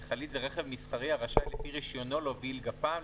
"מכלית זה רכב מסחרי הראשי לפי רישיונו להוביל גפ"מ,